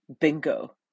bingo